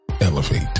elevate